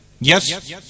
Yes